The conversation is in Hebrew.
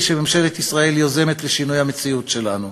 שממשלת ישראל יוזמת לשינוי המציאות שלנו.